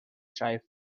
thrive